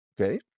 okay